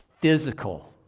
physical